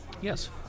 Yes